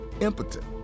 impotent